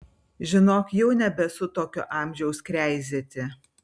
žinok jau nebesu tokio amžiaus kreizėti